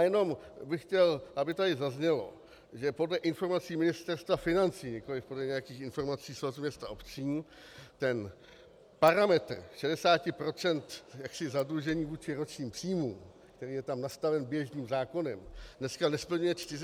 Jenom bych chtěl, aby tady zaznělo, že podle informací Ministerstva financí, nikoliv podle informací Svazu měst a obcí, parametr 60 % zadlužení vůči ročním příjmům, který je tam nastaven běžným zákonem, dneska nesplňuje 445 obcí.